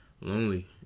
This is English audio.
lonely